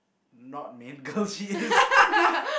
not main girl she is